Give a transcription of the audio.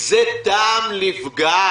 יש בזה טעם לפגם,